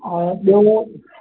ऐं ॿियो